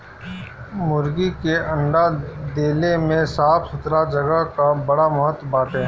मुर्गी के अंडा देले में साफ़ सुथरा जगह कअ बड़ा महत्व बाटे